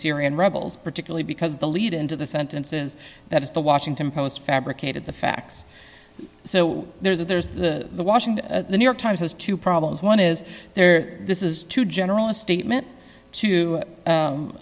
syrian rebels particularly because the lead into the sentence is that is the washington post fabricated the facts so there's the washington the new york times has two problems one is there this is too general a statement to